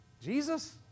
Jesus